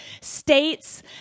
states